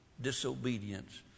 disobedience